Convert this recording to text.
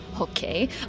Okay